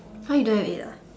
!huh! you don't have eight ah